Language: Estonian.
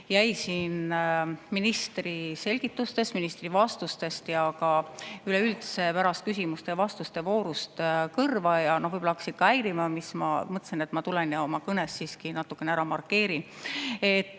mul siin ministri selgitustest, ministri vastustest ja üleüldse küsimuste ja vastuste voorust kõrva ja võib-olla ka häirima. Ma mõtlesin, et ma tulen ja oma kõnes need siiski natukene ära markeerin.